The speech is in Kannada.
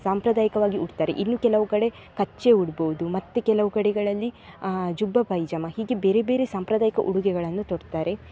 ಸಾಂಪ್ರದಾಯಿಕವಾಗಿ ಉಡ್ತಾರೆ ಇನ್ನು ಕೆಲವು ಕಡೆ ಕಚ್ಚೆ ಉಡ್ಬೋದು ಮತ್ತು ಕೆಲವು ಕಡೆಗಳಲ್ಲಿ ಜುಬ್ಬ ಪೈಜಾಮ ಹೀಗೆ ಬೇರೆ ಬೇರೆ ಸಾಂಪ್ರದಾಯಿಕ ಉಡುಗೆಗಳನ್ನು ತೊಡ್ತಾರೆ